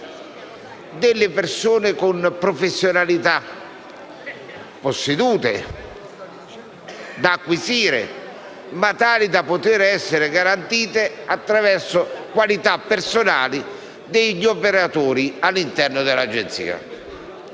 avere persone con professionalità - già possedute o da acquisire - tali da poter essere garantite attraverso qualità personali degli operatori all'interno dell'Agenzia.